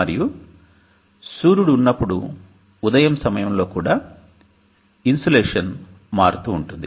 మరియు సూర్యుడు ఉన్నప్పుడు ఉదయం సమయంలో కూడా ఇన్సోలేషన్ మారుతూ ఉంటుంది